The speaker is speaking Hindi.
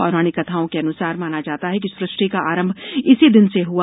पौराणिक कथाओं के अन्सार माना जाता है कि सृष्टि का आरंभ इसी दिन से हआ